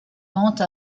vente